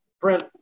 Brent